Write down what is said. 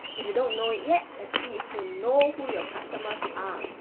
if you don't know it yet, the key is to know who your customers ah